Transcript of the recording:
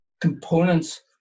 components